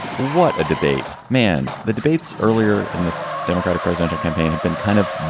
what a debate, man. the debates earlier in this democratic presidential campaign have been kind of.